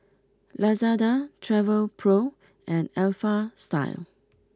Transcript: Lazada Travelpro and Alpha Style